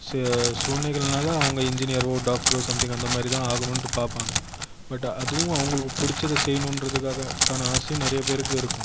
சில சூழ்நிலைகள்னால் அவங்க இன்ஜினீயரோ டாக்டரோ சம்திங் அந்தமாதிரி தான் ஆகணும்ட்டு பார்ப்பாங்க பட் அதுவும் அவங்களுக்கு பிடிச்சது செய்யணும்றதுக்கான ஆசையும் நிறைய பேருக்கு இருக்கும்